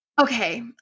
Okay